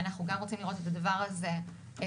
אנחנו גם רוצים לראות את הדבר הזה מתאפשר